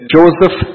Joseph